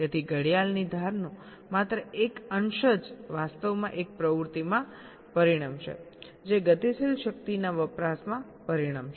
તેથી ઘડિયાળની ધારનો માત્ર એક અંશ જ વાસ્તવમાં એક પ્રવૃત્તિમાં પરિણમશે જે ગતિશીલ શક્તિના વપરાશમાં પરિણમશે